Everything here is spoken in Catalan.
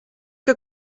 que